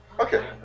Okay